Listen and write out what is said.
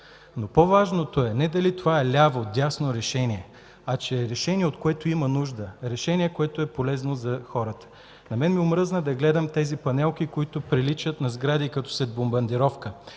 По-важното е не дали това е ляво или дясно решение, а че е решение, от което има нужда, което е полезно за хората. На мен ми омръзна да гледам тези панелки, които приличат на сгради като след бомбардировка,